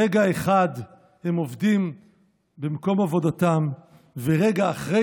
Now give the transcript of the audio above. רגע אחד הם עובדים במקום עבודתם ורגע אחרי